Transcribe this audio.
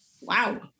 wow